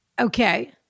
okay